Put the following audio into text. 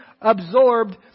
absorbed